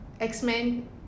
X-Men